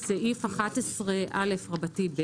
סעיף 11א(ב),